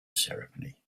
ceremony